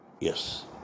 Yes